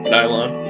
Nylon